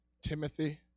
Timothy